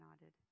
nodded